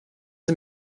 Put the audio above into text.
sie